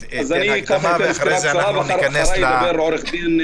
תן הקדמה ואחר כך אנחנו ניכנס לנושא.